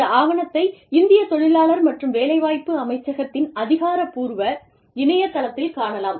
இந்த ஆவணத்தை இந்தியத் தொழிலாளர் மற்றும் வேலைவாய்ப்பு அமைச்சகத்தின் அதிகாரப்பூர்வ இணையதளத்தில் காணலாம்